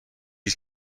است